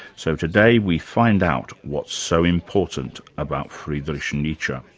so today we find out what's so important about friedrich nietzsche. um